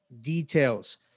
details